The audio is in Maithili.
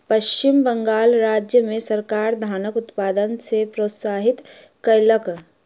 पश्चिम बंगाल राज्य मे सरकार धानक उत्पादन के प्रोत्साहित कयलक